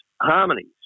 harmonies